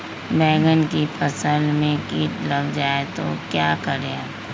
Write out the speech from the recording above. बैंगन की फसल में कीट लग जाए तो क्या करें?